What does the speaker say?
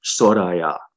Soraya